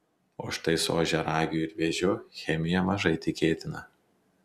o štai su ožiaragiu ir vėžiu chemija mažai tikėtina